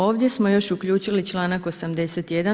Ovdje smo još uključili i članak 81.